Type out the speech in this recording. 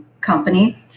company